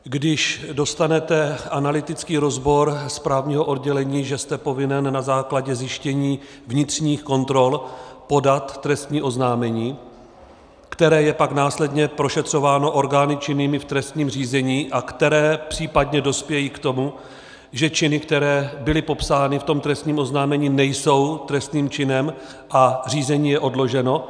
Když dostanete analytický rozbor právního oddělení, že jste povinen na základě zjištění vnitřních kontrol podat trestní oznámení, které je pak následně prošetřováno orgány činnými v trestním řízení, a které případně dospějí k tomu, že činy, které byly popsány v tom trestním oznámení, nejsou trestným činem a řízení je odloženo?